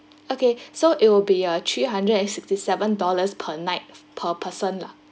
okay so it will be uh three hundred and sixty seven dollars per night per person lah